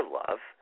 love